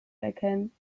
erkennen